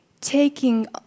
taking